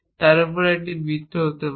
তার উপরে এটি একটি বৃত্ত হতে পারে